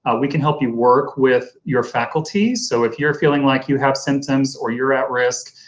ah we can help you work with your faculty, so if you're feeling like you have symptoms or you're at risk,